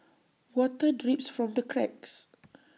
water drips from the cracks